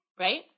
right